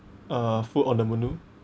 uh food on the menu